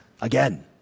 again